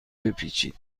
بپیچید